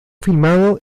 filmado